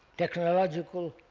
technological